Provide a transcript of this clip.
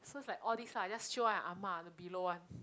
so was like all this lah I just show ah ah ma the below one